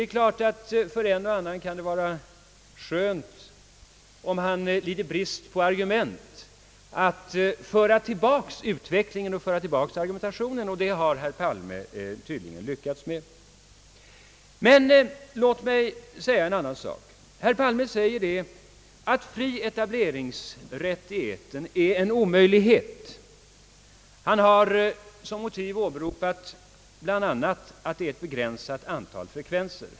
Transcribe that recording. För en och annan kan det givetvis vara skönt om han lider brist på argument att föra tillbaka utvecklingen och argumentationen till en svunnen tid, och det är det herr Palme tydligen försöker. Låt mig taga upp en annan sak. Herr Palme säger att fri etableringsrätt i etern är en omöjlighet. Han har som motiv åberopat bl.a. att det finns ett begränsat antal frekvenser.